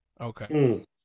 Okay